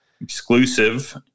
exclusive